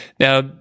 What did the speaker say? Now